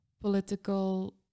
political